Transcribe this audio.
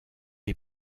est